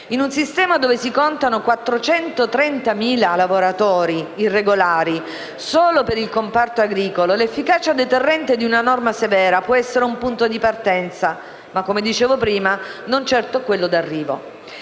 In un sistema in cui si contano 430.000 lavoratori irregolari solo per il comparto agricolo, l'efficacia deterrente di una norma severa può essere un punto di partenza, ma - come dicevo prima - non certo quello di arrivo.